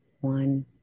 one